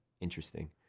interesting